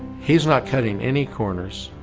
he's not cutting any corners,